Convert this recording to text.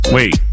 Wait